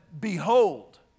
Behold